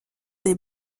des